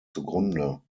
zugrunde